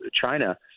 China